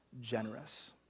generous